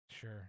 Sure